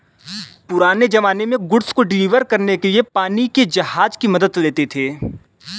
पुराने ज़माने में गुड्स को डिलीवर करने के लिए पानी के जहाज की मदद लेते थे